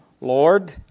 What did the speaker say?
Lord